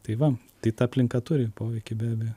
tai va tai ta aplinka turi poveikį be abejo